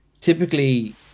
typically